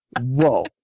Whoa